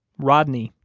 rodney,